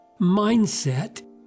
mindset